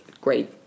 great